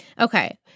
Okay